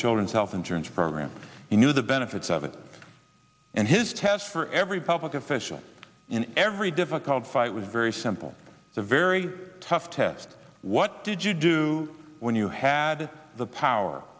children's health insurance program he knew the benefits of it and his test for every public official in every difficult fight was very simple it's a very tough test what did you do when you had the power